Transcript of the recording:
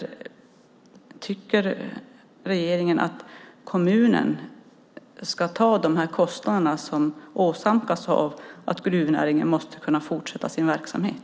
Tycker regeringen att kommunen ska ta kostnaderna som åsamkas av att gruvnäringen måste kunna fortsätta sin verksamhet?